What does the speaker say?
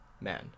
man